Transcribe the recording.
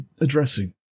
addressing